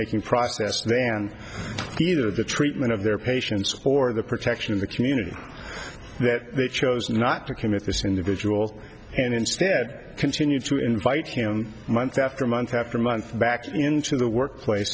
making process than either the treatment of their patients for the protection of the community that they chose not to commit this individual and instead continued to invite him month after month after month back into the workplace